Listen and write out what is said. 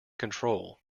control